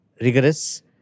rigorous